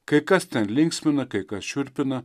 kai kas ten linksmina kai kas šiurpina